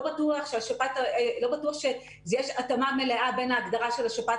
לא בטוח שיש התאמה מלאה בין ההגדרה של השפעת